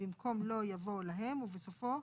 במקום "לו" יבוא "להם" ובסופו,